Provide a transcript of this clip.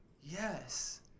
Yes